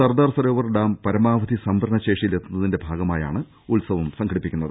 Sardar Sarovar dam പരമാവധി സംഭരണ ശേഷിയിലെത്തുന്നതിന്റെ ഭാഗ മായാണ് ഉത്സവം സംഘടിപ്പിക്കുന്നത്